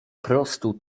prostu